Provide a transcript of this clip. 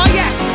yes